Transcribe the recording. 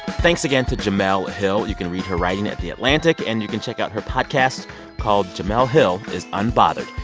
thanks again to jemele hill. you can read her writing at the atlantic. and you can check out her podcast called jemele hill is unbothered.